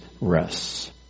rests